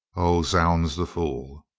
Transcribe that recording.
oh, zounds, the fool!